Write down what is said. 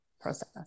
process